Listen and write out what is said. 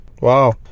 Wow